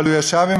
אבל הוא ישב עם